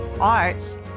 arts